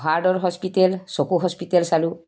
হাৰ্টৰ হস্পিটেল চকু হস্পিটেল চালোঁ